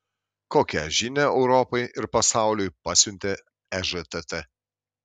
kokią žinią europai ir pasauliui pasiuntė ežtt